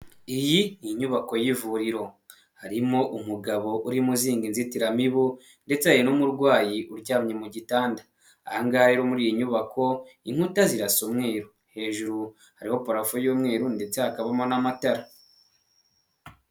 Iyi ni inyubako y'ivuriro harimo umugabo urimo uzinga inzitiramibu, ndetse n'umurwayi uryamye mu gitanda, aha ngahe muri iyi nyubako inkuta zirasa umweru hejuru hariho parafu y'umweru ndetse hakabamo n'amatara.